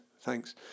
thanks